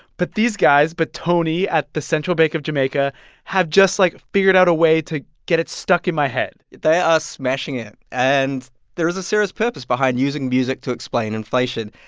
but these guys but tony at the central bank of jamaica have just, like, figured out a way to get it stuck in my head they are smashing it. and there is a serious purpose behind using music to explain inflation.